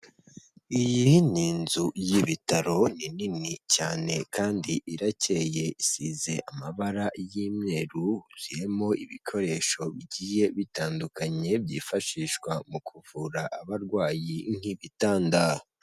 Iyi ni inzu y'ibitaro ni nini cyane kandi iracyeye isize amabara y'imyeru zirimo ibikoresho bigiye bitandukanye byifashishwa mu kuvura abarwayi nk'ibitandaro.